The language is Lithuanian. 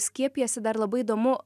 skiepijasi dar labai įdomu